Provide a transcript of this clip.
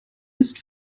ist